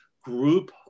group